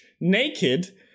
naked